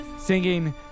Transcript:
singing